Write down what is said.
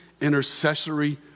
intercessory